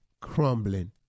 crumbling